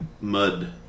mud